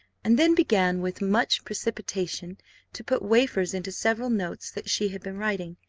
and then began with much precipitation to put wafers into several notes that she had been writing.